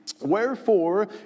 Wherefore